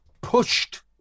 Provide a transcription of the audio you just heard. pushed